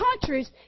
countries